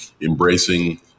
embracing